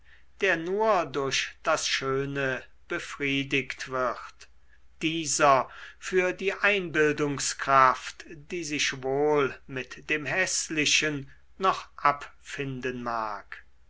der nur durch das schöne befriedigt wird dieser für die einbildungskraft die sich wohl mit dem häßlichen noch abfinden mag